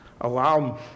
allow